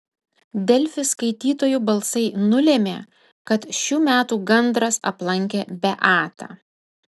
delfi skaitytojų balsai nulėmė kad šių metų gandras aplankė beatą